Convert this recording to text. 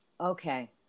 Okay